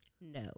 No